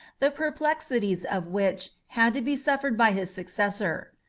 the perplexities of which had to be suffered by his successor.